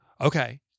Okay